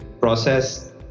process